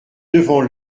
devant